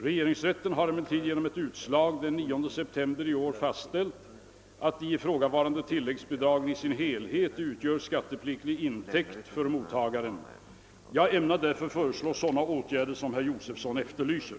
Regeringsrätten har emellertid genom ett utslag den 9 september i år fastställt att de ifrågavarande tilläggs bidragen i sin helhet utgör skattepliktig intäkt för mottagaren. Jag ämnar därför föreslå sådana åtgärder som herr Josefsson efterlyser.